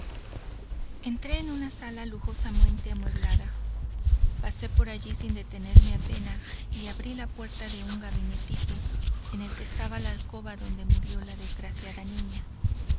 entré en una sala lujosamente amueblada pasé por allí sin detenerme apenas y abrí la puerta de un gabinetito en el que estaba la alcoba donde murió la desgraciada niña